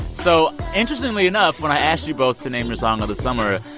so interestingly enough, when i asked you both to name the song of the summer,